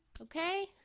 okay